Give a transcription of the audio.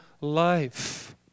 life